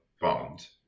bond